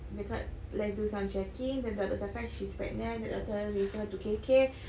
they thought let's do some checking then doctor cakap she's pregnant then doctor refer her to K_K